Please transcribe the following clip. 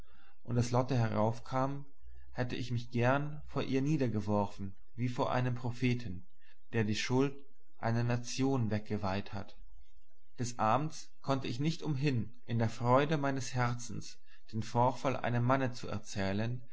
und als lotte heraufkam hätte ich mich gern vor ihr niedergeworfen wie vor einem propheten der die schulden einer nation weggeweiht hat des abends konnte ich nicht umhin in der freude meines herzens den vorfall einem manne zu erzählen